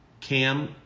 Cam